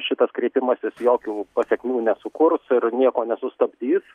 šitas kreipimasis jokių pasekmių nesukurs ir nieko nesustabdys